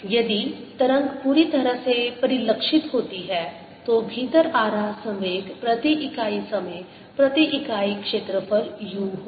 यदि तरंग पूरी तरह से परिलक्षित होती है तो भीतर आ रहा संवेग प्रति इकाई समय प्रति इकाई क्षेत्रफल u होगा